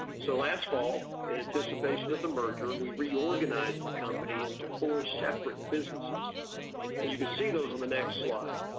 so last fall in anticipation of the merger, we reorganized the company into four separate businesses and you can see those in the next slide.